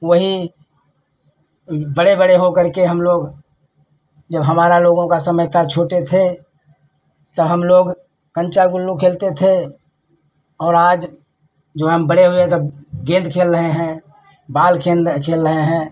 वही बड़े बड़े हो करके हमलोग जब हमारा लोगों का समय था छोटे थे तो हमलोग कन्चा गोली खेलते थे और आज जो हम बड़े हुए तब गेन्द खेल रहे हैं बॉल खेल रहे हैं